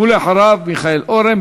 ואחריו, מיכאל אורן.